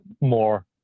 more